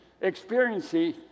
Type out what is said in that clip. experiencing